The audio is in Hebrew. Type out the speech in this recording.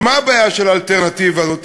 ומה הבעיה של האלטרנטיבה הזאת?